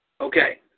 Okay